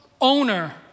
owner